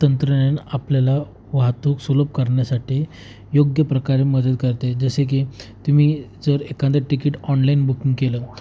तंत्रज्ञान आपल्याला वाहतूक सुलभ करण्यासाठी योग्यप्रकारे मदत करते जसे की तुम्ही जर एखादं टिकीट ऑनलाईन बुकिंग केलं